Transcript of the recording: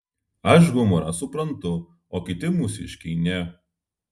aš humorą suprantu o kiti mūsiškiai ne